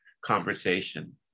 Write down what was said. conversation